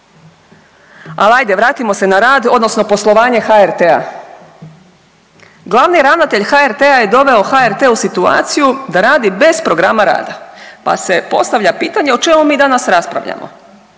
Al ajde vratimo se na rad odnosno poslovanje HRT-a. Glavni ravnatelj HRT-a je doveo HRT u situaciju da radi bez programa rada, pa se postavlja pitanje o čemu mi danas raspravljamo,